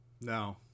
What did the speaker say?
no